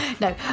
no